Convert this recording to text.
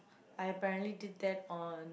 I apparently did that on